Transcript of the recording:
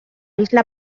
isla